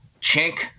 chink